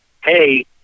hey